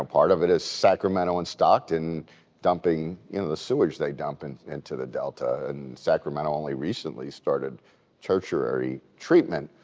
ah part of it is sacramento and stockton dumping you know the sewage they're dumping into the delta and sacramento only recently started tertiary treatment,